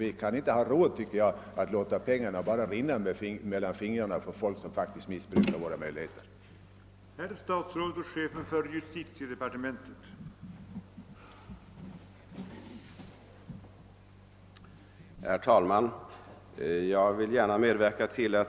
Vi har inte råd att bara låta pengarna rinna mellan fingrarna till människor som på detta sätt missbrukar vår generositet.